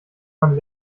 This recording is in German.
man